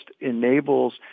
enables –